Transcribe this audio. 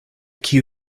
kiu